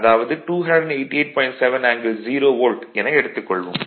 7 angle 0 volt என எடுத்துக் கொள்வோம்